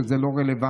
שזה לא רלוונטי.